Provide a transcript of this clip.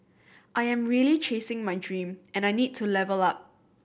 I am really chasing my dream and I need to level up